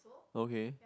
okay